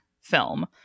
film